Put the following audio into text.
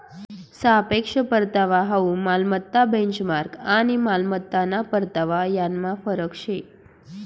सापेक्ष परतावा हाउ मालमत्ता बेंचमार्क आणि मालमत्ताना परतावा यानमा फरक शे